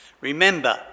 remember